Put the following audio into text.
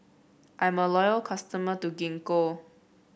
I'm a loyal customer to Gingko